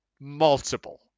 Multiple